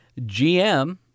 GM